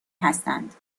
هستند